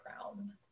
crown